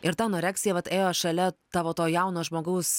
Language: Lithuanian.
ir ta anoreksija vat ėjo šalia tavo to jauno žmogaus